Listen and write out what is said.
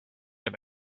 him